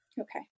Okay